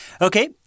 Okay